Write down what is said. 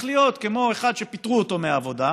להיות כמו אחד שפיטרו אותו מהעבודה,